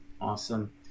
Awesome